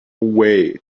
way